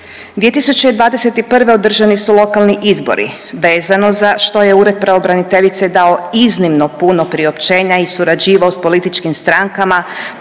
2021. održani su lokalni izbori vezano za što je Ured pravobraniteljice dao iznimno puno priopćenja i surađivao s političkim strankama,